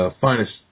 finest